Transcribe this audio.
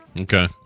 Okay